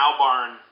Albarn